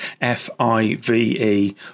F-I-V-E